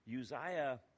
Uzziah